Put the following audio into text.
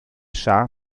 shah